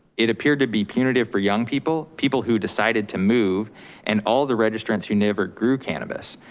it appeared to be punitive for young people, people who decided to move and all the registrants who never grew cannabis.